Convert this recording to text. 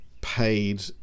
paid